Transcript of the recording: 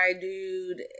dude